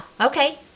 Okay